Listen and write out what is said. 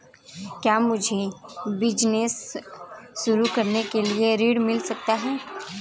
क्या मुझे बिजनेस शुरू करने के लिए ऋण मिल सकता है?